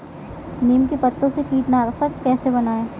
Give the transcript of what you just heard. नीम के पत्तों से कीटनाशक कैसे बनाएँ?